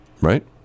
Right